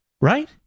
right